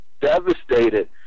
devastated